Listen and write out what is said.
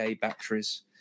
batteries